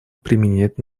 применять